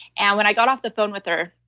and when i got off the phone with her,